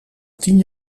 tien